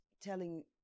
telling